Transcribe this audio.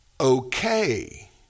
okay